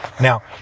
now